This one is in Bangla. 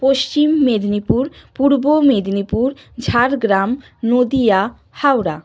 পশ্চিম মেদিনীপুর পূর্ব মেদিনীপুর ঝাড়গ্রাম নদিয়া হাওড়া